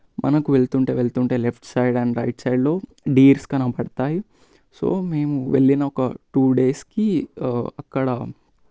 మనకు వెళ్తుంటే వెళ్తుంటే లెఫ్ట్ సైడ్ అండ్ రైట్ సైడ్లో డీర్స్ కనపడతాయి సో మేము వెళ్ళిన ఒక టూ డేస్కి అక్కడ